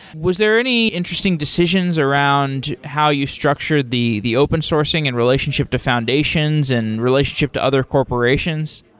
was there any interesting decisions around how you structured the the open sourcing and relationship to foundations and relationship to other corporations?